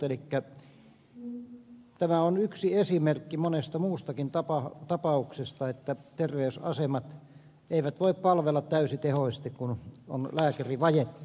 elikkä tämä on yksi esimerkki monen muun tapauksen ohella siitä että terveysasemat eivät voi palvella täysitehoisesti kun on lääkärivajetta